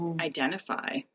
Identify